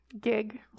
gig